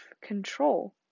control